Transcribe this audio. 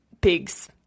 pigs